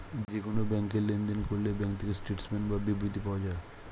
যে কোন ব্যাংকে লেনদেন করলে ব্যাঙ্ক থেকে স্টেটমেন্টস বা বিবৃতি পাওয়া যায়